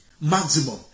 maximum